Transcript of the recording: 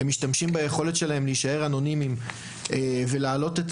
הם משתמשים ביכולת שלהם להעלות את